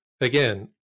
again